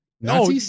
no